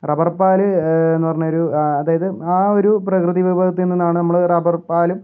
rubber പാൽ എന്ന് പറഞ്ഞ ഒരു അത് അതായത് ആ ഒരു പ്രകൃതി വിഭവത്തിൽ നിന്നാണ് നമ്മൾ റബർ പാലും ഉപയോഗിച്ചിട്ടാണ്